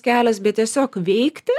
kelias bet tiesiog veikti